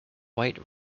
white